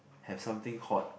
have something hot